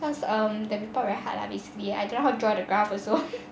cause um the report very hard lah basically I don't know how to draw the graph also